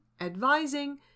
advising